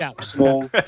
small